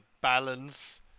balance